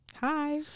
Hi